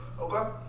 Okay